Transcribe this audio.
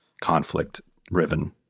conflict-riven